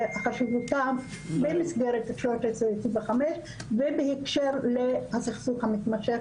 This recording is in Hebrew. חשיבותם במסגרת 1325 ובהקשר לסכסוך המתמשך